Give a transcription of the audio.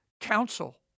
Counsel